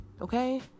Okay